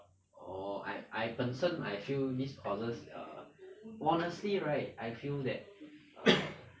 orh I I 本身 I feel these courses err honestly right I feel that err